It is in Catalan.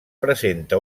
presenta